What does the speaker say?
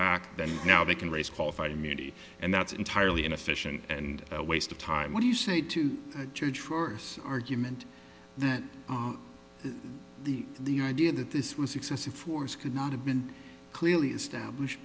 back then now they can raise qualified immunity and that's entirely inefficient and a waste of time what do you say to judge force argument that the the idea that this was excessive force could not have been clearly established